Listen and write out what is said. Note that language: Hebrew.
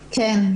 כן.